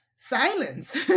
silence